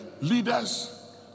Leaders